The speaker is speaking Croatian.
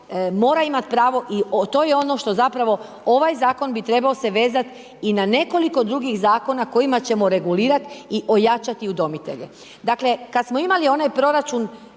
mora imati pravo i to je ono što zapravo ovaj Zakon bi se trebao vezati i na nekoliko drugih Zakona kojima ćemo regulirati i ojačati udomitelje. Dakle, kada smo imali onaj proračun